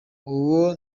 uwo